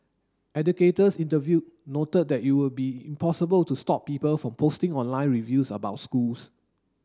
educators interviewed noted that it would be impossible to stop people from posting online reviews about schools